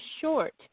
short